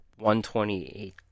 128